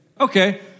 okay